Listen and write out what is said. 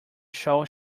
shall